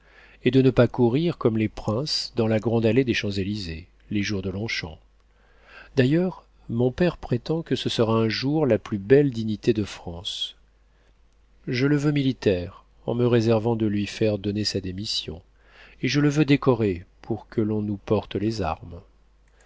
et de ne pas courir comme les princes dans la grande allée des champs-élysées les jours de longchamp d'ailleurs mon père prétend que ce sera un jour la plus belle dignité de france je le veux militaire en me réservant de lui faire donner sa démission et je le veux décoré pour qu'on nous porte les armes